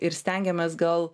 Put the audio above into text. ir stengiamės gal